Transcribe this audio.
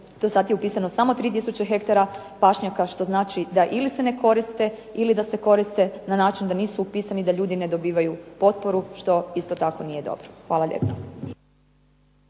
dosad je upisano samo 3 tisuće hektara pašnjaka, što znači da ili se ne koriste, ili da se koriste na način da nisu upisani da ljudi ne dobivaju potporu, što isto tako nije dobro. Hvala lijepa.